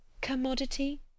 commodity